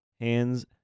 hands